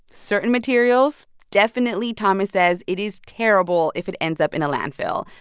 certain materials, definitely, thomas says, it is terrible if it ends up in a landfill,